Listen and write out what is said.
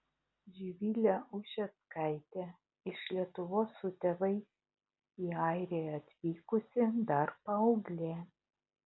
živilė ušeckaitė iš lietuvos su tėvais į airiją atvykusi dar paauglė